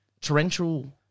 torrential